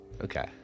okay